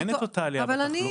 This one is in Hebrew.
אין את אותה עלייה בתחלואה.